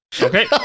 Okay